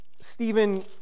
Stephen